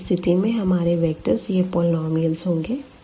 तो इस स्थिति में हमारे वेक्टर यह पॉलिनॉमियल्स होंगे